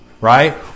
right